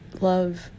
love